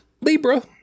Libra